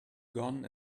gone